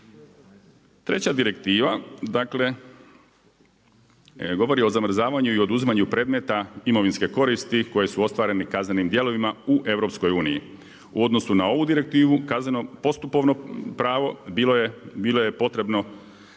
Treća direktiva dakle, govori o zamrzavanju i oduzimanju predmeta imovinske koristi koje su ostvarene kaznenih djelima u EU-u. U odnosu na ovu direktivu, kazneno postupovno pravo bilo je potrebno